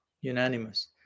unanimous